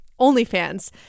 OnlyFans